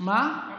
מה?